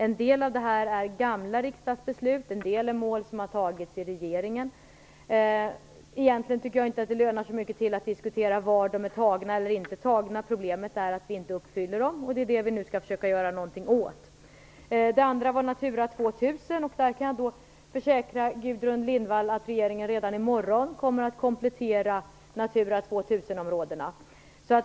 En del av dessa mål är gamla riksdagsbeslut. En del är mål som har tagits i regeringen. Egentligen tycker jag inte att det lönar sig mycket att diskutera var de är tagna eller inte tagna. Problemet är att vi inte uppfyller dem, och det skall vi nu försöka göra någonting åt. Den andra frågan gällde Natura 2000, och jag kan försäkra Gudrun Lindvall att regeringen redan i morgon kommer att komplettera Natura 2000-områdena.